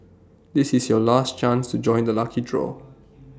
this is your last chance to join the lucky draw